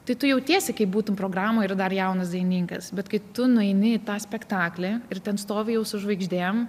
tai tu jautiesi kaip būtum programoj ir dar jaunas dainininkas bet kai tu nueini į tą spektaklį ir ten stovi jau su žvaigždėm